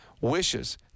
wishes